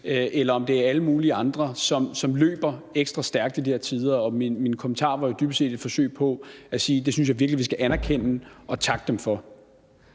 eller om det er alle mulige andre – løber ekstra stærkt i de her tider. Og min kommentar var jo dybest set et forsøg på at sige, at det synes jeg virkelig vi skal anerkende og takke dem for.